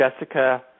Jessica